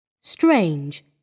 Strange